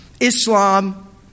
Islam